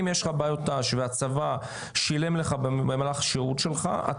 אם יש לך בעיות ת"ש והצבא שילם לך במהלך שירות שלך אתה